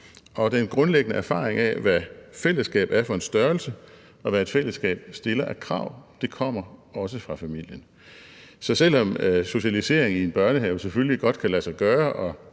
den grundlæggende erfaring af, hvad fællesskab er for en størrelse, og hvad et fællesskab stiller af krav, kommer også fra familien. Så selv om socialisering i en børnehave selvfølgelig godt kan lade sig gøre,